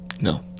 No